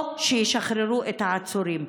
או שישחררו את העצורים.